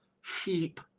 sheep